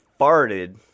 farted